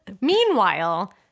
Meanwhile